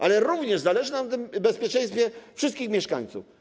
Ale również zależy nam na bezpieczeństwie wszystkich mieszkańców.